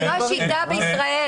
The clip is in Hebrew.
זו לא השיטה בישראל.